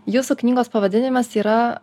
jūsų knygos pavadinimas yra